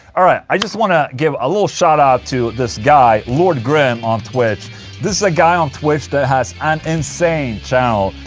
alright. i just want to give a little shoutout to this guy, lord grym on twitch this is a guy on twitch that has an insane channel.